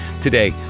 Today